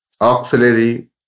auxiliary